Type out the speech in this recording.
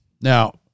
Now